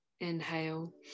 Inhale